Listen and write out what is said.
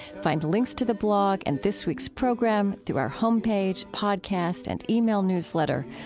find links to the blog and this week's program through our home page, podcast, and ah e-mail newsletter.